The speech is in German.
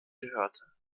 gehörte